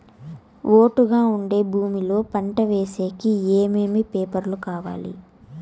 ఒట్టుగా ఉండే భూమి లో పంట వేసేకి ఏమేమి పేపర్లు కావాలి?